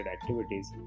activities